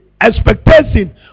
expectation